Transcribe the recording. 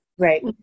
Right